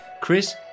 Chris